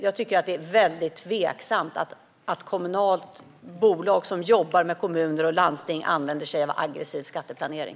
Jag tycker att det är väldigt tveksamt att ett kommunalt bolag som jobbar med kommuner och landsting använder sig av aggressiv skatteplanering.